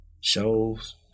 shows